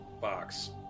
box